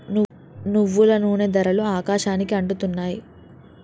నువ్వుల నూనె ధరలు ఆకాశానికి అంటుతున్నాయి